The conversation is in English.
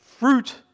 Fruit